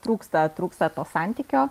trūksta trūksta to santykio